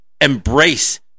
embrace